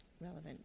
relevant